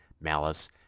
malice